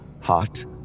hot